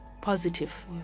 positive